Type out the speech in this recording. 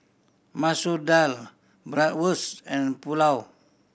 Masoor Dal Bratwurst and Pulao